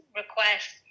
request